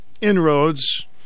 inroads